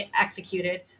executed